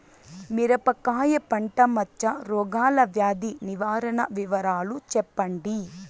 మిరపకాయ పంట మచ్చ రోగాల వ్యాధి నివారణ వివరాలు చెప్పండి?